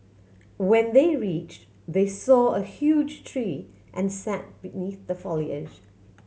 when they reached they saw a huge tree and sat beneath the foliage